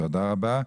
תודה רבה.